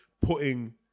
putting